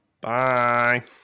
bye